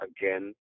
again